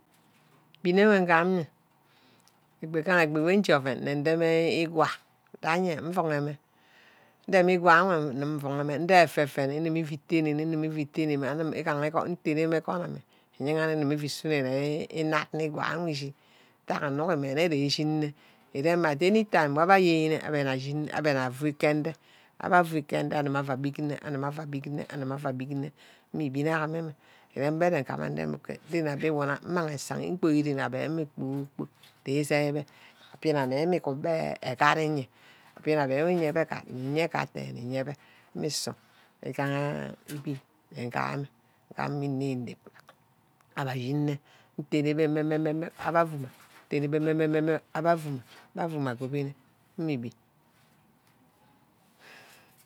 Egbi were ngam ne-egbi gaha egbi were njeˈovun nine nideme íwah. gaje niuuneme nidem iwah weh nde afere-ferene nnimivi taneme. ninmivi-taneme. igame igon. nikume iuu tanneme ukumo îuuˈsunome inad nne íwah wo echi. nitai ninuk may je ushinine anytime wo abe yen nne abe nna ashin abe na fu ken índe. abah vu ken nde abe animaba abigne. aniba abígne. animaba abigne îrem mne mene mmang ídem uket den abe îshigug. mboí ren abe abe pkor-kpork d wune beh agat îye. omin abay wo ni yebe agat musu eigaha nna nigam mme înâp ínap abe yenne. nitad beme-mme abbah fu mma. nitad-beme-meme abah fu mma agobine mme ibin